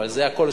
זה הכול,